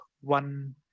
one